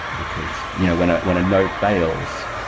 because you know when ah when a node fails,